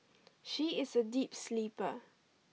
she is a deep sleeper